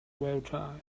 wiltshire